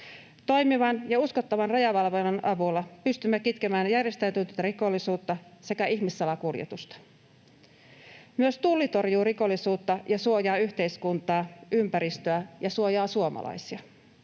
Toimivan ja uskottavan rajavalvonnan avulla pystymme kitkemään järjestäytynyttä rikollisuutta sekä ihmissalakuljetusta. Myös Tulli torjuu rikollisuutta ja suojaa yhteiskuntaa, ympäristöä ja suomalaisia.